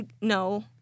no